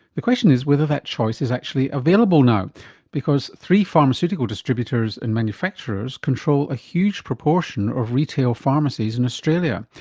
the question is whether that choice is actually available now because three pharmaceutical distributors and manufacturers control a huge proportion of retail pharmacies in australia,